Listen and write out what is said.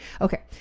okay